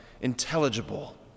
intelligible